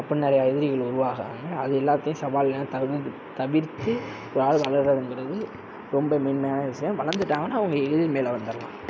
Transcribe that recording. அப்புடின்னு நிறைய எதிரிகள் உருவாகுகிறாங்க அது எல்லாத்தையும் சவாலெலாம் தவிர்த்து ஒரு ஆள் வளர்றதுங்கிறது ரொம்ப மேன்மையான விஷயம் வளர்ந்துட்டாங்கனா அவங்க எளிதில் மேலே வந்திட்லாம்